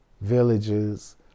villages